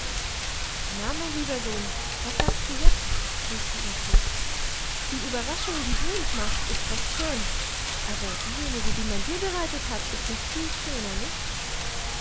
na mein lieber sohn was sagst du jetzt rief sie ihm zu die überraschung die du uns machst ist recht schön aber diejenige die man dir bereitet hat ist noch viel schöner nicht